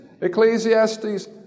Ecclesiastes